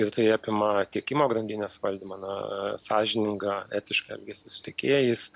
ir tai apima tiekimo grandinės valdymą na sąžiningą etišką elgesį su tiekėjais